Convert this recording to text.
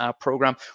program